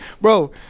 bro